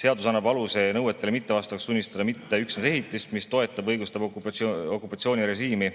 Seadus annab aluse nõuetele mittevastavaks tunnistada mitte üksnes ehitist, mis toetab ja õigustab okupatsioonirežiimi,